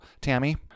Tammy